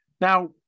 Now